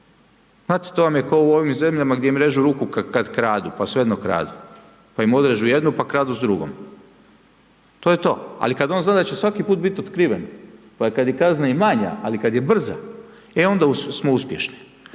Znate to vam je kao u ovim zemljama gdje im režu ruku kada kradu pa svejedno kradu, pa im odrežu jednu pa kradu s drugom, to je to. Ali kada on zna da će svaki put biti otkriven pa kada je kazna i manja ali kada je brza e onda smo uspješni.